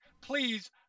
please